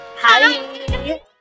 Hi